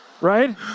Right